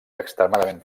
extremadament